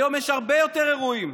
היום יש הרבה יותר אירועים.